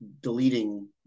deleting